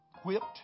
whipped